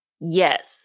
Yes